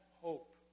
hope